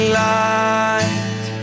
light